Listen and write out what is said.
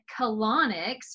colonics